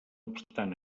obstant